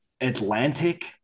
Atlantic